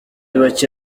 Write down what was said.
bake